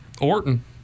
Orton